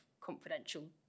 confidential